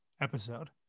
episode